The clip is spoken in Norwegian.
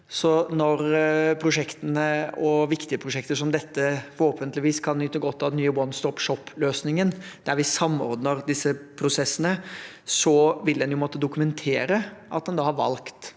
Når prosjektene – viktige prosjekter, som dette – forhåpentligvis kan nyte godt av den nye «one stop shop»-løsningen der vi samordner disse prosessene, vil en f.eks. måtte dokumentere at en har valgt